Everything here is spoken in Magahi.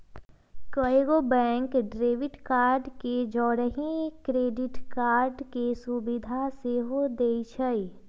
कएगो बैंक डेबिट कार्ड के जौरही क्रेडिट कार्ड के सुभिधा सेहो देइ छै